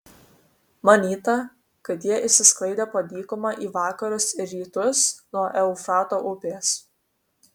manyta kad jie išsisklaidė po dykumą į vakarus ir rytus nuo eufrato upės